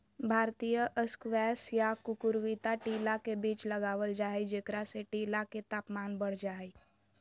भारतीय स्क्वैश या कुकुरविता टीला के बीच लगावल जा हई, जेकरा से टीला के तापमान बढ़ जा हई